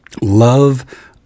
love